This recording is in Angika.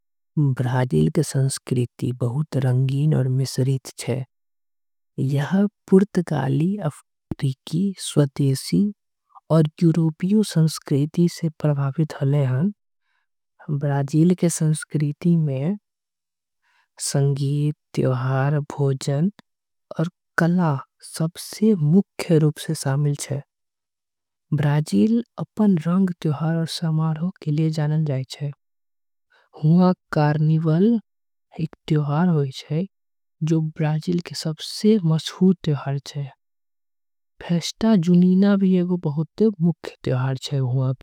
ब्राजील के संस्कृति बहुत रंगीन और मिश्रित छे। यहां पुर्तगाली अफ्रीकी स्वदेशी यूरोपीय से प्रभावित। होई छे ब्राजील के संस्कृती में संगीत त्यौहार भोजन। और कला सबसे मुख्य रूप से शामिल है ब्राजील। अपन रंग के त्यौहार के बारे में जाने जाथे उन्हा। करीनवल त्यौहार होथे जो हर ब्राजील के सबसे। मशहूर छीये फेस्टाजूनिना मशहूर त्योहार छे।